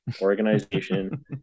organization